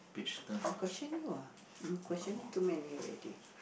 I question you ah you question me too many already